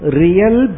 real